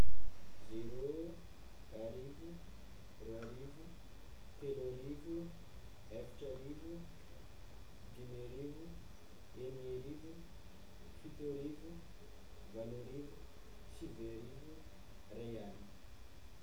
Zero, arivo, roarivo, teloarivo, efatrarivo, dimarivo, eniniarivo, fito arivo, valo arivo, sivy arivo, ray aligna